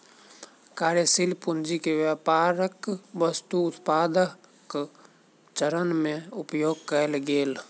कार्यशील पूंजी के व्यापारक वस्तु उत्पादनक चरण में उपयोग कएल गेल